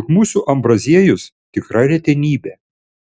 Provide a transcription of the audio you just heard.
juk mūsų ambraziejus tikra retenybė